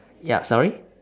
ya sorry